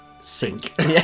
Sink